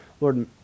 Lord